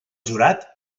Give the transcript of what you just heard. jurat